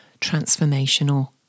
transformational